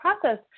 process